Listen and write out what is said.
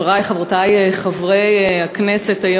חברי וחברותי חברי הכנסת,